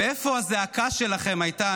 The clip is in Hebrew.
איפה הזעקה שלכם הייתה,